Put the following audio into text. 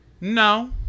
No